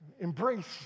embrace